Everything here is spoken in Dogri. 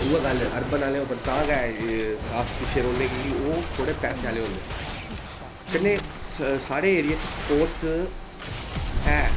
उ'ऐ गल्ल अरबन आह्ले उप्पर तां गै अस पिच्छें रौह्न्नें कि ओह् थोह्डे पैसे आह्ले होंदे न कन्नै साढ़े एरिये च स्पोर्टस ऐ